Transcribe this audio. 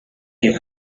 you